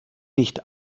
nicht